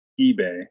eBay